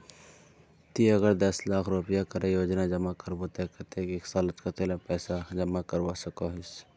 ती अगर दस रुपया करे रोजाना जमा करबो ते कतेक एक सालोत कतेला पैसा जमा करवा सकोहिस?